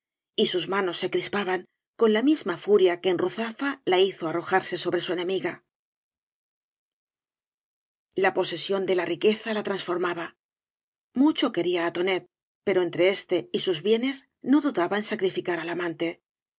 y sus manos se crispaban con la misma furia que en ruzafa la hizo arrojarse sobre su enemiga la posesión de la riqueza la transformaba mucho quería á tonet pero entre éste y sus bienes no dudaba en sacrificar al amante